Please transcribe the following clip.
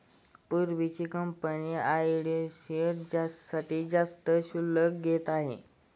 पूर्वीची कंपनी आयातीसाठी जास्त शुल्क घेत असे